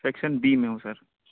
section B میں ہوں سر